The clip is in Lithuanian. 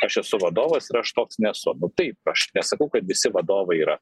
aš esu vadovas ir aš toks nesu nu taip aš nesakau kad visi vadovai yra